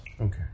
Okay